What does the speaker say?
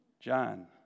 John